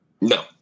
No